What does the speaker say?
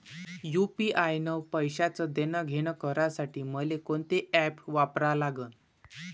UPI न पैशाचं देणंघेणं करासाठी मले कोनते ॲप वापरा लागन?